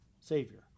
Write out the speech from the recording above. Savior